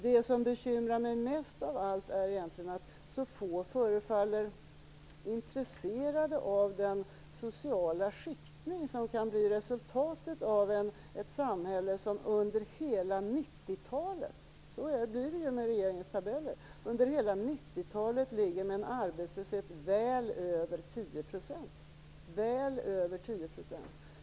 Det som bekymrar mig mest av allt är att så få förefaller intresserade av den sociala skiktning som kan bli resultatet av ett samhälle som under hela 90-talet - så blir det enligt regeringens tabeller - har en arbetslöshet väl över 10 %.